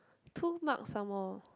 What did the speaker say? two mark some more